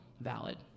valid